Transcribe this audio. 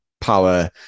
power